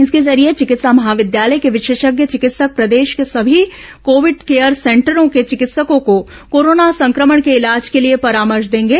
इसके जरिये चिकित्सा महाविद्यालय के विशेषज्ञ चिकित्सक प्रदेश के सभी कोविड केयर सेंटरों के चिकित्सको को कोरोना संक्रमण के इलाज के लिए परामर्श देंगे